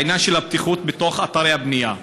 העניין של הבטיחות בתוך אתרי הבנייה.